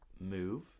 move